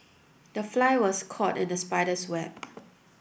the fly was caught in the spider's web